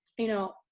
you know,